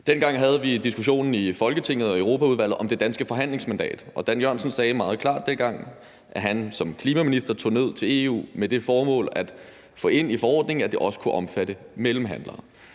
Dengang havde vi diskussionen i Folketinget og Europaudvalget om det danske forhandlingsmandat, og Dan Jørgensen sagde meget klart dengang, at han som klimaminister tog ned til EU med det formål at få ind i forordningen, at det også kunne omfatte mellemhandlere.